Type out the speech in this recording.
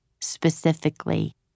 specifically